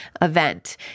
event